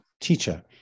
teacher